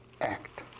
act